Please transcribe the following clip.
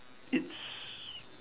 it's